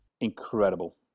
Incredible